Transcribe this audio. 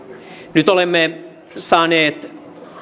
nyt olemme saaneet